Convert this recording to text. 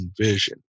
vision